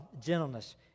gentleness